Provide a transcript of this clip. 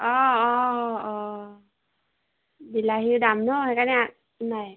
অঁ অঁ অঁ বিলাহীৰ দাম ন সেইকাৰণে নাই